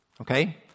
Okay